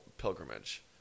pilgrimage